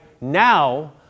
now